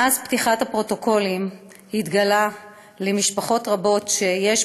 מאז פתיחת הפרוטוקולים התגלה למשפחות רבות שיש